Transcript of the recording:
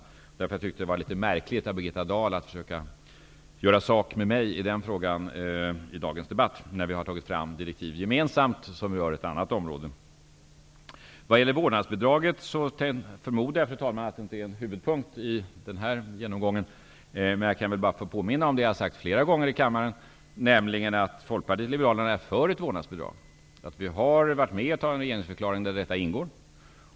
Därför tyckte jag att det var litet märkligt att Birgitta Dahl försökte göra sak med mig i den frågan i dagens debatt, då vi gemensamt har tagit fram direktiv som berör ett annat område. När det gäller vårnadsbidraget förmodar jag, fru talman, att det inte är en huvudpunkt i denna genomgång. Men jag kan väl bara påminna om det som jag flera gånger har sagt i kammaren, nämligen att Folkpartiet liberalerna är för ett vårdnadsbidrag. Vi har varit med om att utforma en regeringsförklaring där detta ingår.